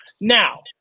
Now